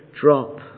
drop